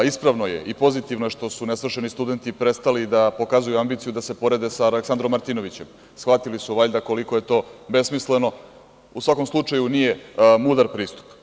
Ispravno je i pozitivno što su nesvršeni studenti prestali da pokazuju ambiciju da se porede sa Aleksandrom Martinovićem, shvatili su valjda koliko je to besmisleno, u svakom slučaju nije mudar pristup.